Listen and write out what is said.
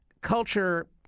culture